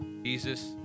Jesus